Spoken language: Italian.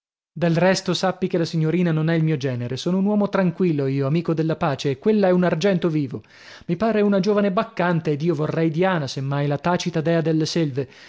del resto sappi che la signorina non è il mio genere sono un uomo tranquillo io amico della pace e quella è un argento vivo mi pare una giovane baccante ed io vorrei diana se mai la tacita dea delle selve